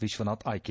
ವಿಶ್ವನಾಥ್ ಆಯ್ಲೆ